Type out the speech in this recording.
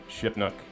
Shipnook